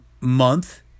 month